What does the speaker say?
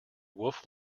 wolf